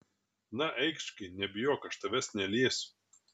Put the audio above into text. na eikš gi nebijok aš tavęs neliesiu